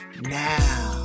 now